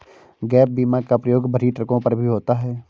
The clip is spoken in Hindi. गैप बीमा का प्रयोग भरी ट्रकों पर भी होता है